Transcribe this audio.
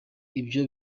ibyo